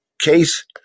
case